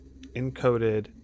encoded